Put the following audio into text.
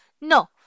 No